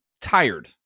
tired